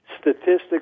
statistics